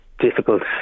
difficult